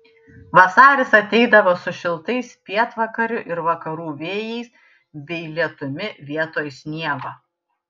vasaris ateidavo su šiltais pietvakarių ir vakarų vėjais bei lietumi vietoj sniego